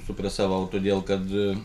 supresavau todėl kad